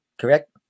correct